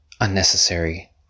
unnecessary